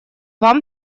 вам